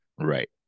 right